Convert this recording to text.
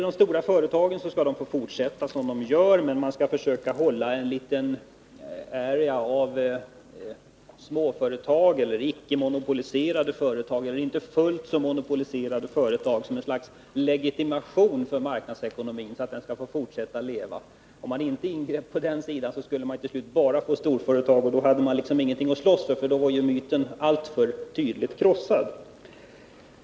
De stora företagen skall tydligen få fortsätta som nu, men man skall försöka hålla en liten area av småföretag, icke monopoliserade företag, eller inte fullt ut monopoliserade företag som ett slags legitimation för marknadsekonomin, så att denna skall kunna fortsätta att verka. Om man inte ingrep på den sidan, skulle man till slut bara ha storföretag. Då hade man liksom ingenting att slåss för. Myten skulle alltför tydligt vara krossad.